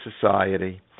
society